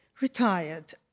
retired